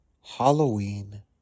Halloween